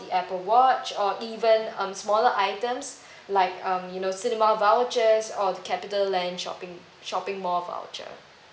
the apple watch or even um smaller items like um you know cinema vouchers or the capitaland shopping shopping mall voucher